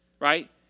right